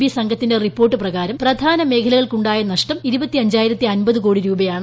B സംഘത്തിന്റെ report പ്രകാരം പ്രധാന മേഖലകൾക്കുണ്ടായ നഷ്ടുപ്പുകൾ കോടി രൂപയാണ്